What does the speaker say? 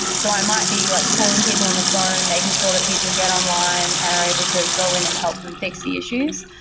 so i might be like calling people on the phone, making sure that people get online and are able to go in and help them fix the issues.